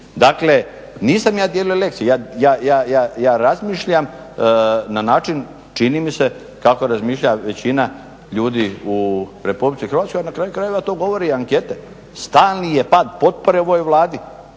Dakle, nisam ja dijelio lekcije, ja razmišljam na način, čini mi se kako razmišlja većina ljudi u RH ali na kraju krajeva to govore i ankete. Stalni je pad potpore ovoj Vladi,